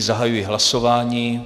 Zahajuji hlasování.